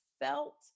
felt